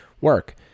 work